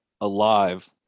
alive